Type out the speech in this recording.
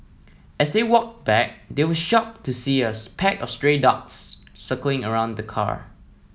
as they walked back they were shocked to see a pack of stray dogs circling around the car